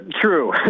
true